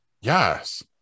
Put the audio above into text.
Yes